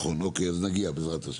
אז נגיע אליכם בעזרת השם.